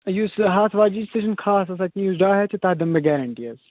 یُس ہَتھ واجیٚنۍ چھِ سُہ چھِنہٕ خاص آسان تیٖژ ڈاے ہَتھ چھِ تَتھ دِمہٕ بہٕ گاریٚنٛٹی حظ